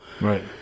Right